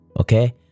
okay